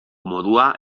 modua